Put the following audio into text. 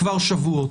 כבר שבועות.